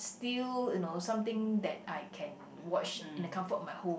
still you know something that I can watch in the comfort of my home